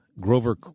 grover